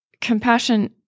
compassion